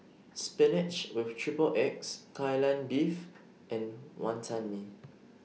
Spinach with Triple Eggs Kai Lan Beef and Wantan Mee